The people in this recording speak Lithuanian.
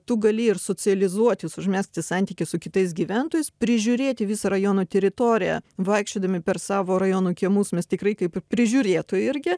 tu gali ir socializuotis užmegzti santykius su kitais gyventojais prižiūrėti visą rajono teritoriją vaikščiodami per savo rajonų kiemus mes tikrai kaip prižiūrėtojai irgi